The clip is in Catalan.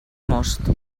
most